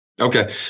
Okay